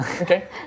Okay